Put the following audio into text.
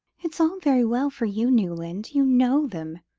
it's all very well for you, newland you know them.